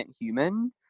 human